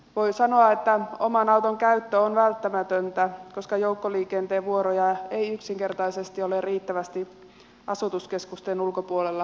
voi sanoa että oman auton käyttö on välttämätöntä koska joukkoliikenteen vuoroja ei yksinkertaisesti ole riittävästi asutuskeskusten ulkopuolella tarjolla